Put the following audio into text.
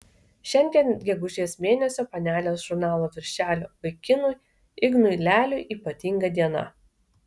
šiandien gegužės mėnesio panelės žurnalo viršelio vaikinui ignui leliui ypatinga diena